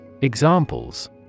Examples